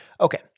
Okay